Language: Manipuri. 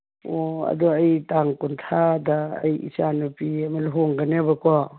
ꯑꯣ ꯑꯗꯨ ꯑꯩ ꯇꯥꯡ ꯀꯨꯟꯊ꯭ꯔꯥꯗ ꯑꯩ ꯏꯆꯥꯅꯨꯄꯤ ꯑꯃ ꯂꯨꯍꯣꯡꯒꯅꯦꯕꯀꯣ